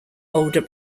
older